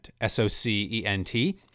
S-O-C-E-N-T